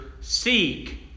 seek